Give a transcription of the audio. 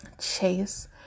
Chase